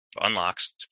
unlocks